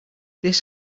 this